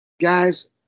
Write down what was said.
guys –